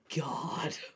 God